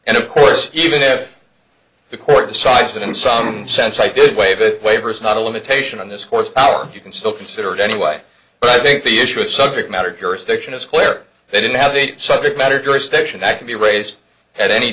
and of course even if the court decides that in some sense i did waive it waivers not a limitation on this horsepower you can still consider it anyway but i think the issue of subject matter jurisdiction is clear they don't have the subject matter jurisdiction that can be raised at any